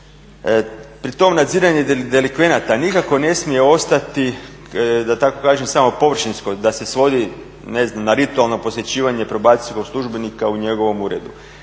Pri tom nadziranje delikvenata nikako ne smije ostati da tako kažem samo površinsko da se svodi ne znam na ritualno posjećivanje probacijskog službenika u njegovom uredu.